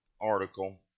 article